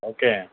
okay